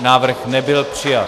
Návrh nebyl přijat.